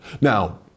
Now